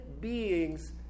beings